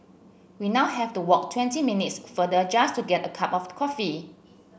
we now have to walk twenty minutes farther just to get a cup of coffee